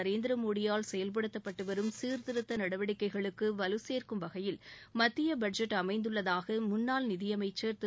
நரேந்திரமோடியால் செயல்படுத்தப்பட்டுவரும் சீர்திருத்த நடவடிக்கைகளுக்கு வலுசோ்க்கும் வகையில் மத்திய பட்ஜெட் அமைந்துள்ளதாக முன்னாள் நிதியமைச்சர் திரு